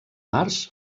març